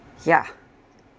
ya